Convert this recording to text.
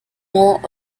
more